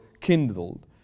kindled